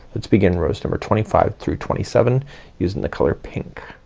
let's begin rows number twenty five through twenty seven using the color pink.